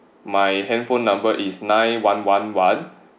my handphone number is nine one one one